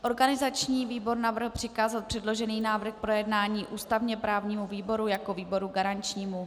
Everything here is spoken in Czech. Organizační výbor navrhl přikázat předložený návrh k projednání ústavněprávnímu výboru jako výboru garančnímu.